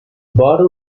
bottom